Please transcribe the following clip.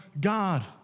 God